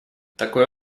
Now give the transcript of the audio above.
такое